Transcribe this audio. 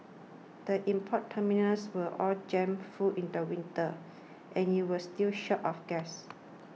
the import terminals were all jammed full in the winter and you were still short of gas